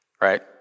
right